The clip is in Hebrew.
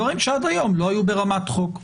דברים שעד היום לא היו ברמת חוק.